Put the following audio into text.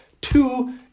two